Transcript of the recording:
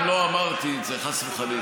גם לא אמרתי את זה, חס וחלילה.